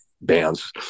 bands